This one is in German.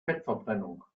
fettverbrennung